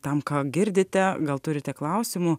tam ką girdite gal turite klausimų